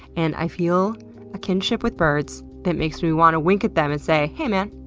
and i feel a kinship with birds that makes me want to wink at them and say, hey, man.